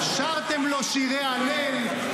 שרתם לו שירי הלל,